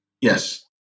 Yes